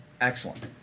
excellent